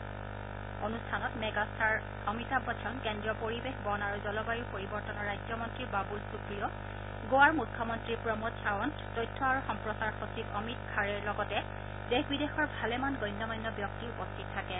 এই অনুষ্ঠানত মেগাট্টাৰ অমিতাভ বচ্চন কেন্দ্ৰীয় পৰিৱেশ বন আৰু জলবায়ু পৰিৱৰ্তনৰ ৰাজ্যমন্তী বাবুল সুপ্ৰিয় গোৱাৰ মুখ্যমন্তী প্ৰমোদ খাৱন্ত তথ্য আৰু সম্প্ৰচাৰ সচিব অমিত খাড়েৰ লগতে দেশ বিদেশৰ ভালেমান গণ্যমান্য ব্যক্তি উপস্থিত থাকে